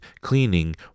cleaning